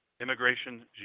immigration